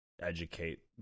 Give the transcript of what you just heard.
educate